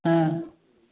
हँ